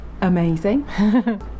amazing